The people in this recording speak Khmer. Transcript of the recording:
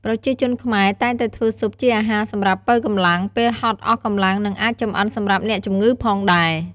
ប្រជាជនខ្មែរតែងតែធ្វើស៊ុបជាអាហារសម្រាប់ប៉ូវកម្លាំង ពេលហត់អស់កម្លាំងនិងអាចចម្អិនសម្រាប់អ្នកជំងឺផងដែរ។